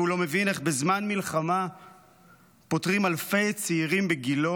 והוא לא מבין איך בזמן מלחמה פוטרים אלפי צעירים בגילו,